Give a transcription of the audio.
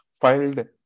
filed